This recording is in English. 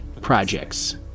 projects